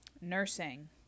nursing